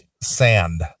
Sand